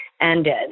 ended